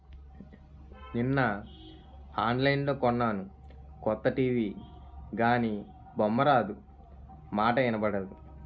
నిన్న ఆన్లైన్లో కొన్నాను కొత్త టీ.వి గానీ బొమ్మారాదు, మాటా ఇనబడదు